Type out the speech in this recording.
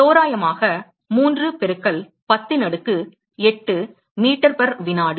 தோராயமாக 3 பெருக்கல் 10 இன் அடுக்கு 8 மீட்டர் வினாடி